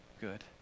good